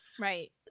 Right